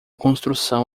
construção